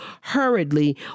hurriedly